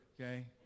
Okay